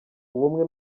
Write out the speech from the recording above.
ubumwe